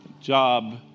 job